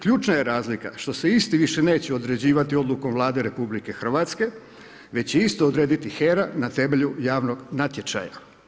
Ključna je razlika što se isti više neće određivati odlukom Vlade RH već će isto odrediti HERA na temelju javnog natječaja.